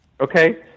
Okay